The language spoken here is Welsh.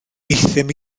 euthum